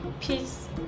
Peace